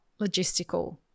logistical